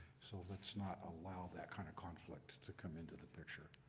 so let's not allow that kind of conflict to come into the picture.